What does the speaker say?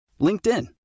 LinkedIn